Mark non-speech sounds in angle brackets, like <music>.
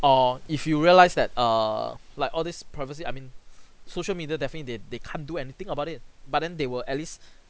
err if you realize that err like all these privacy I mean <breath> social media definitely they they can't do anything about it but then they will at least <breath>